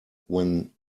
when